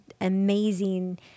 amazing